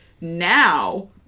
Now